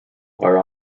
are